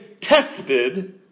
tested